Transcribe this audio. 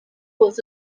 was